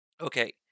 okay